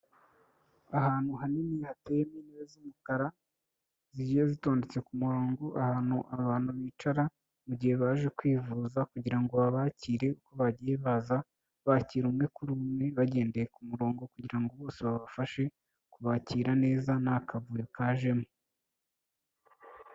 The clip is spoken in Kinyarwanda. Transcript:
Ahantu hanini hateye intebe z'umukara zigiye zitondetse ku murongo, ahantu abantu bicara mu gihe baje kwivuza kugira ngo ngo babakire uko bagiye baza. Bakira umwe kuri umwe bagendeye ku murongo, kugira ngo bose babafashe kubakira neza, nta kavuyo kajemo.